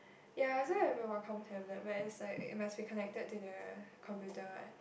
ya recently I've been want com tablet but it's like it must be connected to the computer what